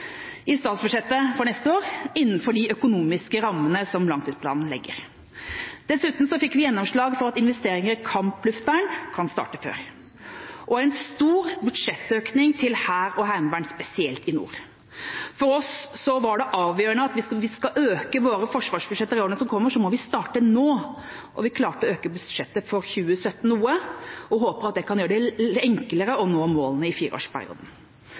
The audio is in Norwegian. i statsbudsjettet for neste år, innenfor de økonomiske rammene som langtidsplanen legger. Dessuten fikk vi gjennomslag for at investeringer i kampluftvern kan starte før, og en stor budsjettøkning til hær og heimevern, spesielt i nord. For oss var det avgjørende at hvis vi skal øke våre forsvarsbudsjetter i årene som kommer, må vi starte nå. Vi klarte å øke budsjettet for 2017 noe og håper at det kan gjøre det enklere å nå målet i fireårsperioden.